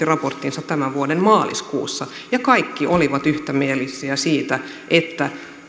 raporttinsa tämän vuoden maaliskuussa kaikki olivat yksimielisiä siitä että